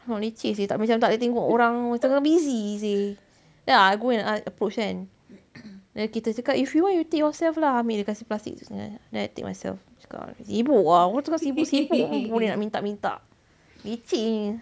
ah leceh seh tak macam macam tak boleh tengok orang tengah busy seh then I go and ask approach kan then kita cakap if you want you take yourself lah ambil dia kasi plastic then I take myself cakap sibuk lah orang tengah sibuk-sibuk boleh nak minta-minta lecehnya